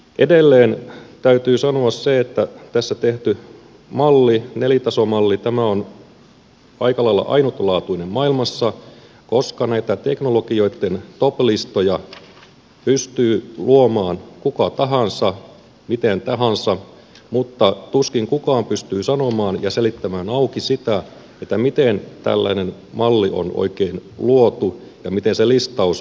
edelleen täytyy sanoa se että tässä tehty malli nelitasomalli on aika lailla ainutlaatuinen maailmassa koska näitä teknologioitten top listoja pystyy luomaan kuka tahansa miten tahansa mutta tuskin kukaan pystyy sanomaan ja selittämään auki sitä miten tällainen malli on oikein luotu ja miten se listaus on luotu